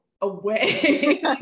away